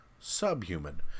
Subhuman